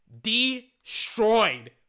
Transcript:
destroyed